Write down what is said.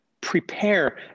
prepare